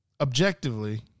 Objectively